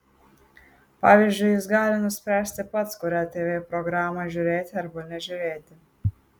pavyzdžiui jis gali nuspręsti pats kurią tv programą žiūrėti arba nežiūrėti